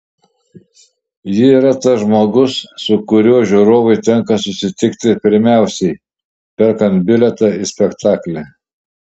ji yra tas žmogus su kuriuo žiūrovui tenka susitikti pirmiausiai perkant bilietą į spektaklį